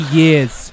years